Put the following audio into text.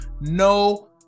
no